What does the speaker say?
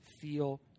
feel